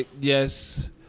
yes